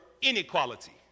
inequality